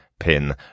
Pin